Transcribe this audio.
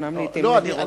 אומנם לעתים נדירות,